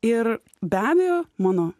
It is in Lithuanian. ir be abejo mano